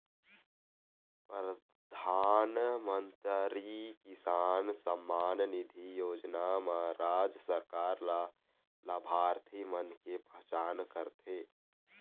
परधानमंतरी किसान सम्मान निधि योजना म राज सरकार ल लाभार्थी मन के पहचान करथे